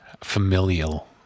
familial